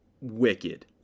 wicked